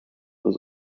was